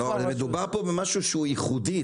מדובר פה במשהו שהוא ייחודי.